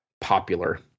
popular